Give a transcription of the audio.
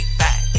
back